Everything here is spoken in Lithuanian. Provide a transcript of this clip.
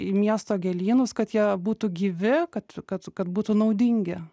į miesto gėlynus kad jie būtų gyvi kad kad kad būtų naudingi